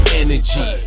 energy